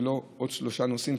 ולא עוד שלושה נוסעים,